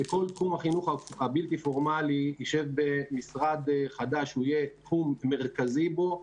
שכל תחום החינוך הבלתי פורמלי יהיה במשרד חדש ויהיה תחום מרכזי בו.